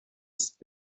است